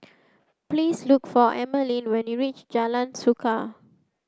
please look for Emeline when you reach Jalan Suka